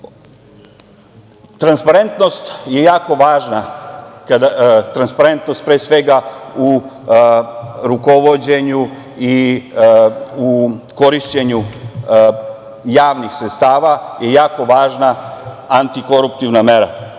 transparentnost pre svega u rukovođenju i u korišćenju javnih sredstava je jako važna antikoruptivna mera.